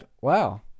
Wow